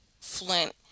Flint